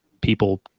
people